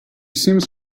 seems